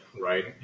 right